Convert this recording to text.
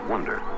wonder